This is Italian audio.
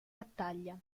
battaglia